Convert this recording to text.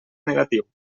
negatiu